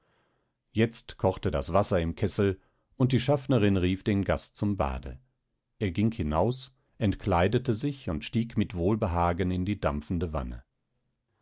jetzt kochte das wasser im kessel und die schaffnerin rief den gast zum bade er ging hinaus entkleidete sich und stieg mit wohlbehagen in die dampfende wanne